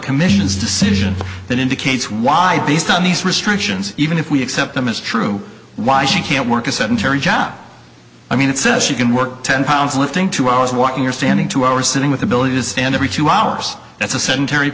commission's decision that indicates why based on these restrictions even if we accept them is true why you can't work a sedentary job i mean it says you can work ten pounds lifting two hours walking or standing two hours sitting with ability to stand every two hours that's a sedentary